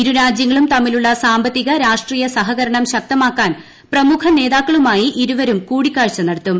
ഇരു രാജ്യങ്ങളും തമ്മിലുള്ള സാമ്പത്തിക രാഷ്ട്രീയ സഹകരണം ശക്തമാക്കാൻ പ്രമുഖ നേതാക്കളുമായി ഇരുവരും കൂടിക്കാഴ്ച നടത്തും